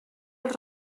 els